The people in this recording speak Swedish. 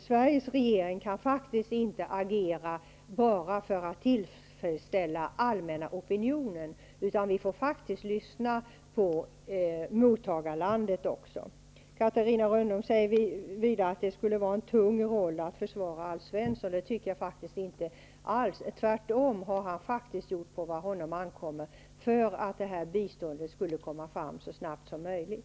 Sveriges regering kan faktiskt inte agera bara för att tillfredsställa den allmänna opinionen, utan man måste faktiskt lyssna även på mottagarlandet. Catarina Rönnung säger vidare att det skulle vara en tung uppgift att försvara Alf Svensson. Det tycker jag faktiskt inte alls. Tvärtom har Alf Svensson gjort på vad honom ankommer för att biståndet skulle komma fram så snabbt som möjligt.